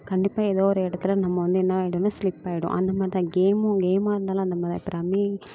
கண்டிப்பாக ஏதோ ஒரு இடத்துல நம்ம வந்து என்ன ஆயிடும்னா ஸ்லிப் ஆகிடும் அந்தமாதிரி தான் கேமும் கேமாக இருந்தாலும் அந்தமாதிரி தான் இப்போ ரம்மி